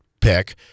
pick